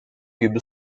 gibi